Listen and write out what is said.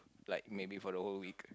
like maybe for the whole week